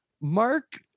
Mark